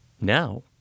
Now